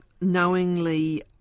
knowingly